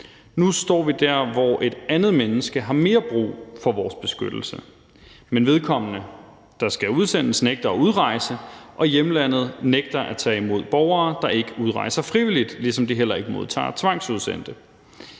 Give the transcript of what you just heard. nu står vi der, hvor et andet menneske har mere brug for vores beskyttelse, men vedkommende, der skal udsendes, nægter at udrejse, og hjemlandet nægter at tage imod borgere, der ikke udrejser frivilligt, ligesom de heller ikke modtager tvangsudsendte.